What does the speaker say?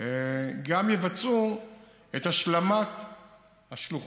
הן גם יבצעו את השלמת השלוחות,